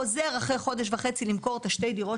חוזר אחרי חודש וחצי למכור את שתי הדירות